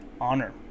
honor